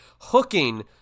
hooking